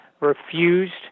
refused